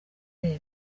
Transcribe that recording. reba